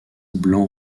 blanc